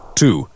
two